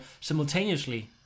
simultaneously